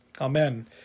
Amen